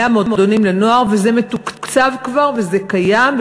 וזה מתוקצב כבר וזה קיים,